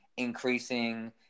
increasing